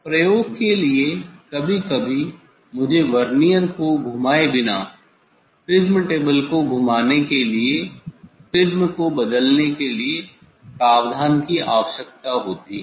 प्रयोग के लिए कभी कभी मुझे वर्नियर को घुमाए बिना प्रिज़्म टेबल को घुमाने के लिए प्रिज़्म को बदलने के लिए प्रावधान की आवश्यकता होती है